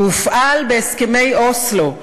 הוא הופעל בהסכמי אוסלו,